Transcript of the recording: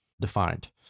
defined